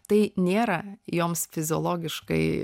tai nėra joms fiziologiškai